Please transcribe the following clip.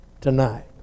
tonight